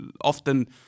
often